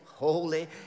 Holy